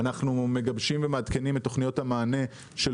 אנחנו מגבשים ומעדכנים את תוכניות המענה של